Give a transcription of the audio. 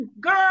Girl